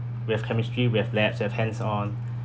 we have chemistry we have labs we have hands-on